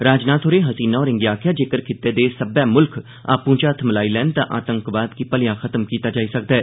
राजनाथ होरें हसीना होरें गी आक्खेआ जेकर खित्ते दे सब्बै मुल्ख आपूं चै हत्थ मलाई लैन तां आतंकवाद गी भलेआं खत्म कीता जाई सकदा ऐ